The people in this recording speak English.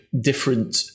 different